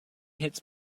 hits